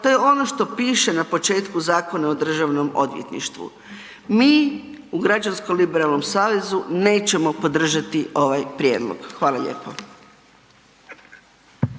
to je ono što piše na početku Zakona o Državnom odvjetništvu. Mi u Građansko liberalnom savezu nećemo podržati ovaj prijedlog. Hvala lijepo.